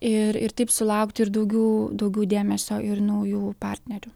ir ir taip sulaukti ir daugiau daugiau dėmesio ir naujų partnerių